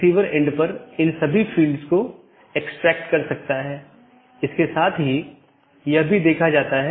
सबसे अच्छा पथ प्रत्येक संभव मार्गों के डोमेन की संख्या की तुलना करके प्राप्त किया जाता है